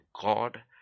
God